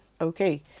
Okay